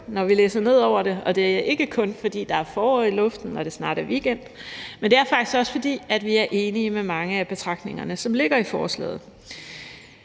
når vi læser ned over det, og det er ikke kun, fordi der er forår i luften og det snart er weekend. Det er faktisk også, fordi vi er enige i mange af betragtningerne, som ligger i forslaget.